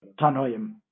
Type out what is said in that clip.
Tanoim